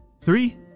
three